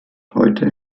heute